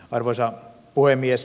arvoisa puhemies